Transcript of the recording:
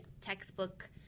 textbook